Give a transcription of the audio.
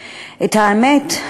האמת,